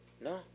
No